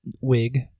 wig